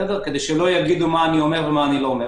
כדי שלא יגידו מה אני אומר ומה אני לא אומר.